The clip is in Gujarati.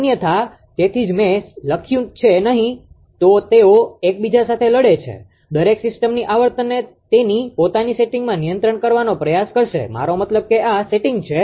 અન્યથા તેથી જ મેં લખ્યું છે નહીં તો તેઓ એકબીજા સાથે લડે છે દરેક સિસ્ટમની આવર્તનને તેની પોતાની સેટિંગમાં નિયંત્રિત કરવાનો પ્રયાસ કરશે મારો મતલબ કે આ સેટિંગ છે